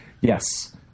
Yes